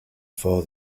for